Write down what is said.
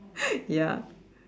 ya